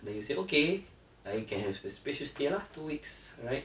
then you say okay like I have space you stay lah two weeks right